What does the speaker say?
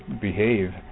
behave